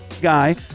guy